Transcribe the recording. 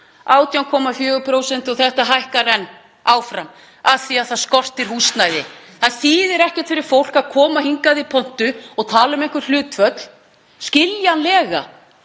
18,4% og þetta hækkar áfram af því að það skortir húsnæði. Það þýðir ekkert fyrir fólk að koma hingað í pontu og tala um einhver hlutföll. Skiljanlega